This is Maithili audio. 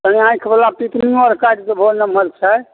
कनि आँखिवला पिपनियो आर काटि देबहो नमहर छै